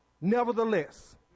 Nevertheless